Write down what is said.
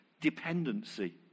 dependency